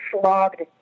slogged